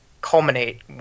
culminate